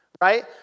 right